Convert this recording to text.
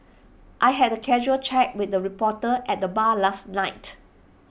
I had A casual chat with A reporter at the bar last night